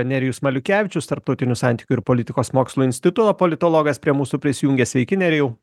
nerijus maliukevičius tarptautinių santykių ir politikos mokslų instituto politologas prie mūsų prisijungė sveiki nerijau